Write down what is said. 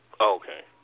Okay